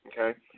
Okay